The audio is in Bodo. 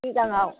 बिदाङाव